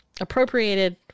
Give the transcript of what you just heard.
appropriated